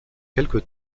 quelque